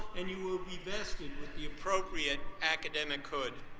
and you will be vested with the appropriate academic hood.